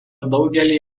daugelį